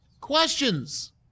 Questions